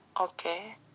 Okay